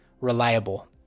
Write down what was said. reliable